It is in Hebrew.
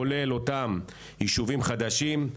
כולל אותם יישובים חדשים.